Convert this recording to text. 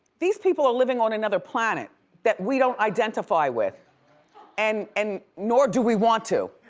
these people are living on another planet that we don't identify with and and nor do we want to.